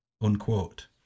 Unquote